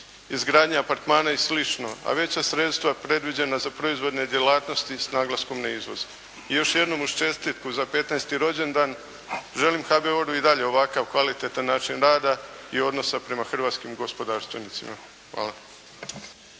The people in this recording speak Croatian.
izgradnja apartmana i sl. a veća sredstva predviđena za proizvodne djelatnosti s naglaskom na izvoz. I još jednom uz čestitku za 15. rođendan, želim HBOR-u i dalje ovakav kvalitetan način rada i odnosa prema hrvatskim gospodarstvenicima. Hvala.